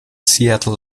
seattle